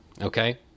Okay